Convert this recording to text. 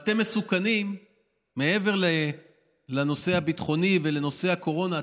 אתם מסוכנים מעבר לנושא הביטחוני ולנושא הקורונה.